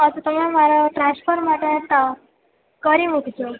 તમે મારા ટ્રાન્સફર માટે કરી મુકજો